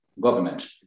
government